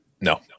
No